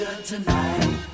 Tonight